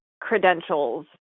credentials